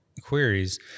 queries